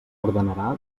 ordenarà